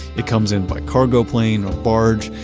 it comes in by cargo plane or barge,